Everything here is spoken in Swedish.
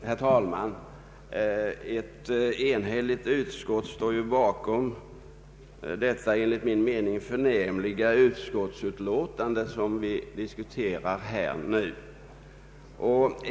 Herr talman! Ett enhälligt utskott står bakom det enligt min mening förnämliga utlåtande som vi nu diskuterar.